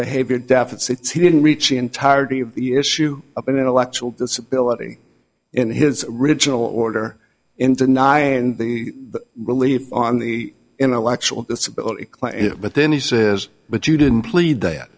behavior deficit's he didn't reach the entirety of the issue of intellectual disability in his original order in denying the relief on the intellectual disability claim but then he says but you didn't plead that